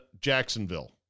Jacksonville